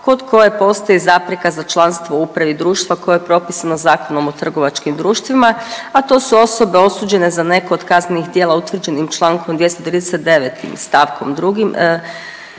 kod koje postoji zapreka za članstvo u upravi društva koje je popisano Zakonom o trgovačkim društvima, a to su osobe osuđene za neko od kaznenih djela utvrđenim Člankom 239. stavkom 2.,